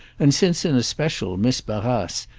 and since in especial miss barrace,